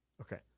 okay